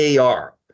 AR